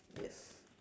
yes